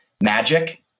magic